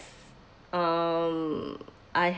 um I